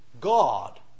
God